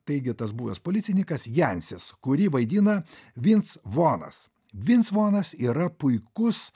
taigi tas buvęs policininkas jansis kurį vaidina vinc vonas vinc vonas yra puikus